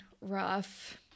rough